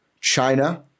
China